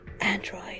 Android